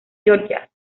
georgia